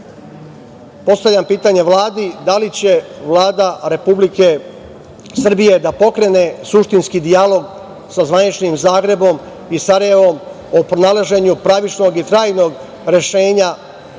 pitanja. Postavljam pitanje Vladi - da li će Vlada Republike Srbije da pokrene suštinski dijalog sa zvaničnim Zagrebom i Sarajevom o pronalaženju pravičnog i trajnog rešenja